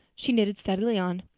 she knitted steadily on.